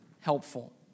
helpful